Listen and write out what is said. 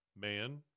Man